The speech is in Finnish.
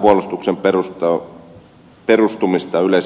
puolustuksen perustumista yleiseen asevelvollisuuteen